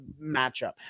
matchup